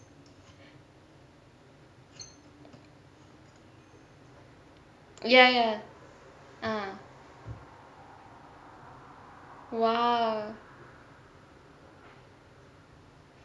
ya ya !wah!